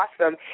awesome